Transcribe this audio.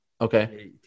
Okay